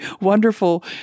wonderful